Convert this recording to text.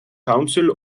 council